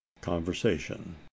conversation